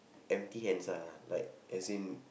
empty hands lah like as in